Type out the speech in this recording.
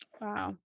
Wow